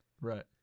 Right